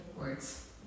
words